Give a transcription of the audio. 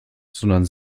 sondern